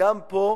וגם פה,